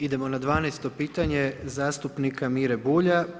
Idemo na 12 pitanje zastupnika Mire Bulja.